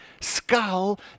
skull